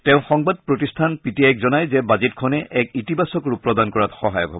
তেওঁ সংবাদ প্ৰতিষ্ঠান পি টি আইক জনায় যে বাজেটখনে এক ইতিবাচক ৰূপ প্ৰদান কৰাত সহায়ক হব